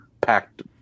packed